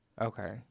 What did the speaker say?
Okay